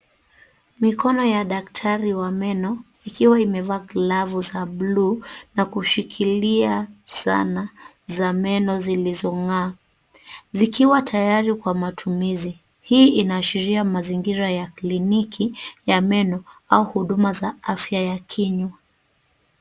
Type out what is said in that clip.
Mikono ya daktari wa meno ikiwa imevaa glavu za bluu na kushikiria sana za meno zilizong'aa zikiwa tayari kwa matumizi. Hii inaashiria mazingira ya kliniki ya meno au huduma za afya ya kinywa.